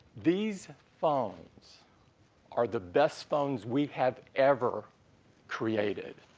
these phones are the best phones we've had ever created.